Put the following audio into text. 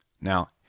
Now